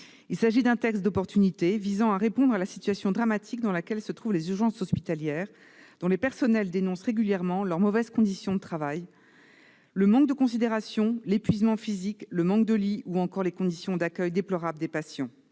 Il s'agit d'un texte d'opportunité, visant à répondre à la situation dramatique dans laquelle se trouvent les urgences hospitalières, dont les personnels dénoncent régulièrement leurs mauvaises conditions de travail, le manque de considération, l'épuisement physique, le manque de lits ou encore les conditions déplorables d'accueil des patients.